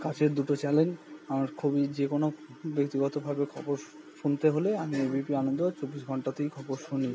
কাছের দুটো চ্যানেল আমার খুবই যে কোনো ব্যক্তিগতভাবে খবর শুনতে হলে আমি এ বি পি আনন্দ আর চব্বিশ ঘন্টাতেই খবর শুনি